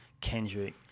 Kendrick